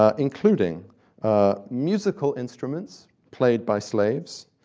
ah including musical instruments played by slaves,